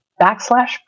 backslash